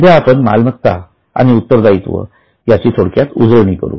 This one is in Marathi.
सध्या आपण मालमत्ता आणि उत्तर दायित्व याची थोडक्यात उजळणी करू